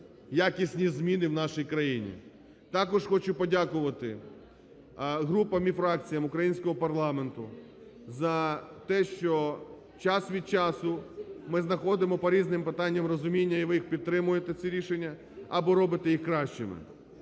якісні зміни в нашій країні. Також хочу подякувати групам і фракціям українського парламенту за те, що час від часу ми знаходимо по різним питанням розуміння і ви їх підтримуєте ці рішення або робите їх кращими.